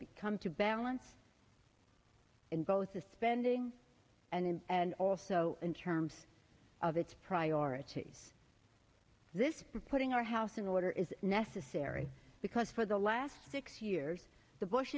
be come to balance in both the spending and also in terms of its priorities this reporting our house in order is necessary because for the last six years the bush